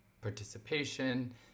participation